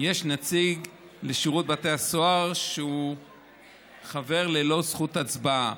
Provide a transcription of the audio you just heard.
יש נציג לשירות בתי הסוהר שהוא חבר ללא זכות הצבעה.